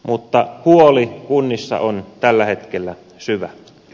mutta huoli kunnissa on tällä hetkellä syvä